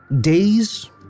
days